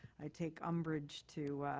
i take ambridge to